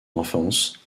enfance